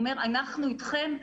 אומר, אנחנו אתכם.